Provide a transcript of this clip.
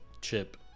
chip